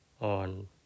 on